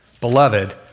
Beloved